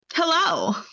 hello